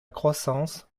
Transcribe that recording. croissance